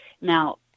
Now